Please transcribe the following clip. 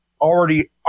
already